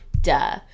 Duh